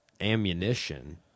ammunition